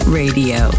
radio